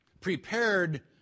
prepared